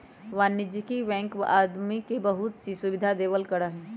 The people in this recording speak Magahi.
वाणिज्यिक बैंकवन आदमी के बहुत सी सुविधा देवल करा हई